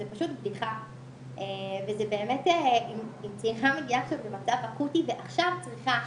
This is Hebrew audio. זו פשוט בדיחה ובאמת אם צעירה מגיעה למצב אקוטי ועכשיו צריכה